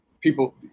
people